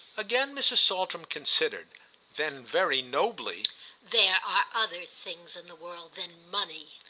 again mrs. saltram considered then very nobly there are other things in the world than money.